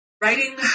writing